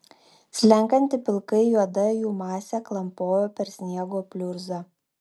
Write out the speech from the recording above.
slenkanti pilkai juoda jų masė klampojo per sniego pliurzą